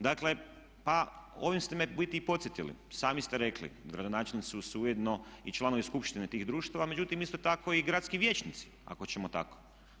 Dakle, pa ovim ste me u biti i podsjetili, sami ste rekli gradonačelnici su ujedno i članovi skupštine tih društava međutim isto tako i gradski vijećnici ako ćemo tako.